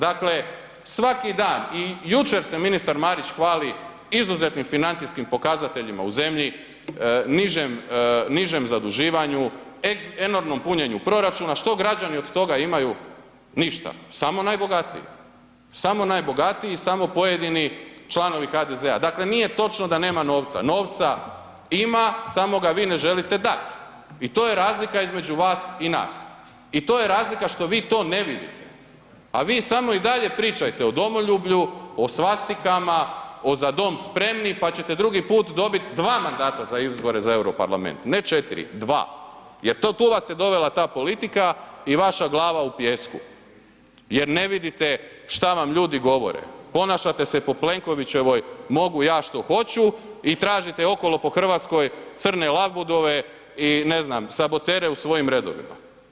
Dakle, svaki dan i jučer se ministar Marić hvali izuzetnim financijskim pokazateljima u zemlji, nižem zaduživanju, enormnom punjenju proračuna, što građani od toga imaju, ništa, samo najbogatiji, samo pojedini članovi HDZ-a, dakle nije točni da nema novca, novca ima samo ga vi ne želite dat i to je razlika između vas i nas. i to je razlika što vi to ne vidite, a vi samo i dalje pričajte o domoljublju, o svastikama, Za dom spremni pa ćete drugi put dobiti dva mandata za izbore za Euro parlament, ne četiri, dva jer to tu vas je dovela da politika i vaša glava u pijesku jer ne vidite šta vam ljudi govore, ponašate se po Plenkovićevoj „mogu ja što hoću“ i tražite okolo po Hrvatskoj crne labudove i ne znam sabotere u svojim redovima.